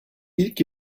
ilk